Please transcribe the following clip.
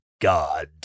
God